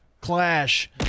Clash